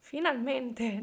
Finalmente